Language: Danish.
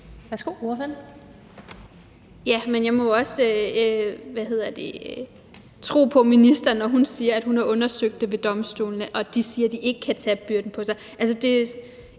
Ja, men jeg må jo også tro på ministeren, når hun siger, at hun har undersøgt det ved domstolene, og de siger, de ikke kan tage byrden på sig.